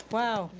wow. wow,